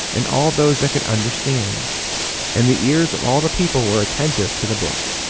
and all those that could understand and the ears of all the people were attentive to the book.